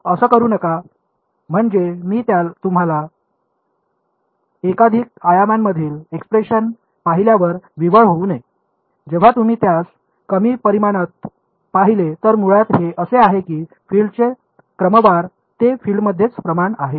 तर असं करू नका म्हणजे मी तुम्हाला एकाधिक आयामांमधील एक्सप्रेशन पाहिल्यावर विव्हळ होऊ नये जेव्हा तुम्ही त्यास कमी परिमाणांत पाहिले तर मुळात हे असे आहे की फील्डचे क्रमवार ते फिल्डमध्येच प्रमाण आहे